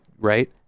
right